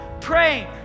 praying